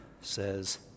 says